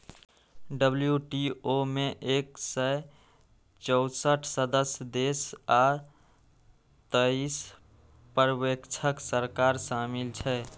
WTO मे एक सय चौंसठ सदस्य देश आ तेइस पर्यवेक्षक सरकार शामिल छै